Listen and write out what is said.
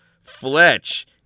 Fletch